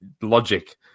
logic